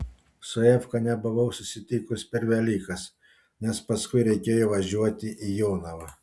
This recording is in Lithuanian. su efka nebuvau susitikus per velykas nes paskui reikėjo važiuoti į jonavą